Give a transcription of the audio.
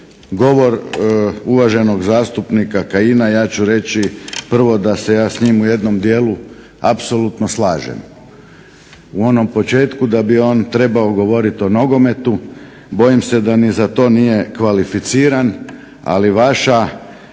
govor uvaženog zastupnika Kajina ja ću reći prvo da se ja s njim u jednom dijelu apsolutno slažem, u onom početku da bi on trebao govoriti o nogometu, bojim se da ni za to nije kvalificiran, ali vaša